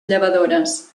llevadores